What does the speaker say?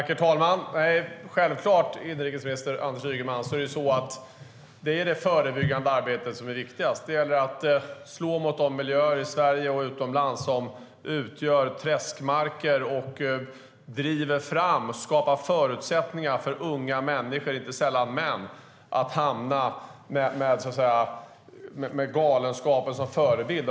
Herr talman! Självklart, inrikesminister Anders Ygeman, är det det förebyggande arbetet som är viktigast. Det gäller att slå mot de miljöer i Sverige och utomlands som utgör träskmarker och skapar förutsättningar för unga människor, inte sällan män, att hamna med galenskapen som förebild.